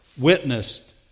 witnessed